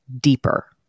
deeper